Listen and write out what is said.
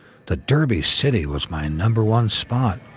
the derby city was my number one spot,